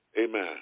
Amen